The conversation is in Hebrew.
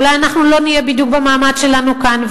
אולי אנחנו לא נהיה בדיוק במעמד שלנו כאן,